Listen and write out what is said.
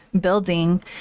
building